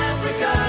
Africa